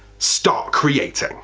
start creating.